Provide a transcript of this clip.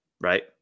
right